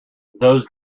those